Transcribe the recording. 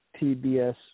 TBS